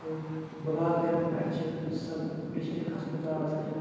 تہٕ بُلاک لٮ۪ولہِ پٮ۪ٹھ چھِ سَب ڈِسٹِک ہَسپَتال تہِ